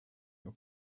your